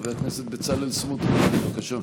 חבר הכנסת בצלאל סמוטריץ', בבקשה.